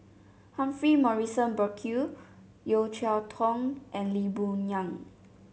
Humphrey Morrison Burkill Yeo Cheow Tong and Lee Boon Yang